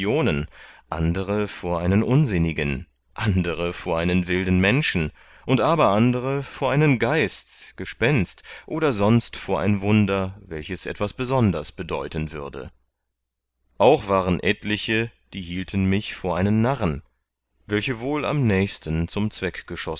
andere vor einen unsinnigen andere vor einen wilden menschen und aber andere vor einen geist gespenst oder sonst vor ein wunder welches etwas besonders bedeuten würde auch waren etliche die hielten mich vor einen narren welche wohl am nächsten zum zweck